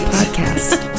Podcast